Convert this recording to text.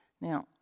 Now